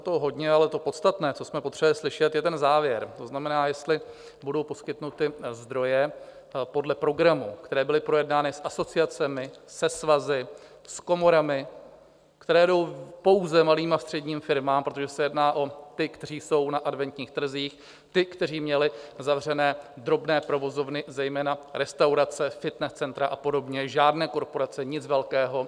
Řekl jste tam toho hodně, ale to podstatné, co jsme potřebovali slyšet, je ten závěr, to znamená, jestli budou poskytnuty zdroje podle programu, které byly projednány s asociacemi, se svazy, s komorami, které jdou pouze malým a středním firmám, protože se jedná o ty, kteří jsou na adventních trzích, ty, kteří měli zavřené drobné provozovny, zejména restaurace, fitness centra a podobně, žádné korporace, nic velkého.